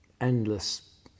endless